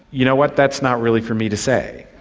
you know what, that's not really for me to say.